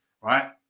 right